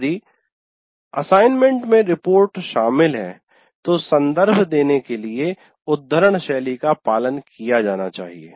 यदि असाइनमेंट में रिपोर्ट शामिल है तो संदर्भ देने के लिए उद्धरण शैली का पालन किया जाना चाहिए